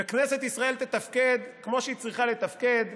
וכנסת ישראל תתפקד כמו שהיא צריכה לתפקד,